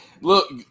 Look